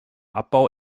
abbau